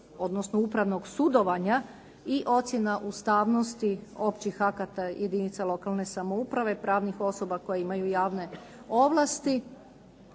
odnosno upravnog sudovanja i ocjena ustavnosti općih akata jedinica lokalne samouprave i pravnih osoba koje imaju javne ovlasti